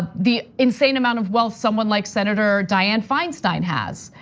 the insane amount of wealth someone like senator dianne feinstein has,